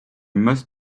must